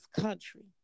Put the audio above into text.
country